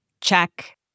check